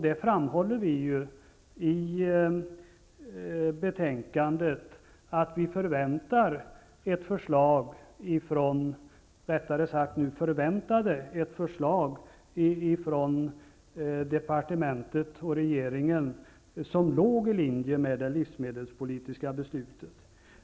Det framhålls i betänkandet att vi förväntar oss ett förslag -- eller nu rättare sagt, förväntade oss -- från departementet och regeringen som ligger i linje med det livsmedelspolitiska beslutet.